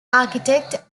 architect